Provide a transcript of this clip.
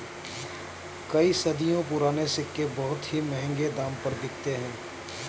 कई सदियों पुराने सिक्के बहुत ही महंगे दाम पर बिकते है